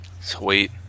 Sweet